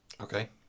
Okay